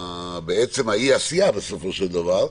חלק מאי העשייה בסופו של דבר,